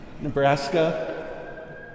Nebraska